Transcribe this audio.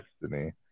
destiny